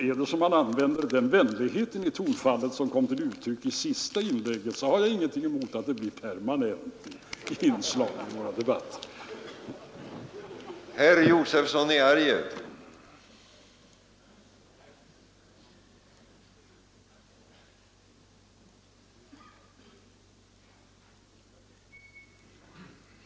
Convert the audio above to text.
Är det så att man använder den vänlighet i tonfallet som kom till uttryck i hennes senaste inlägg har jag ingenting emot att det blir ett permanent inslag i debatten oss emellan.